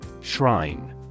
Shrine